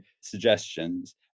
suggestions